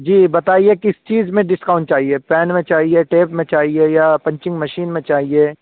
جی بتائیے کس چیز میں ڈسکاؤنٹ چاہیے پین میں چاہیے ٹیپ میں چاہیے یا پنچنگ مشین میں چاہیے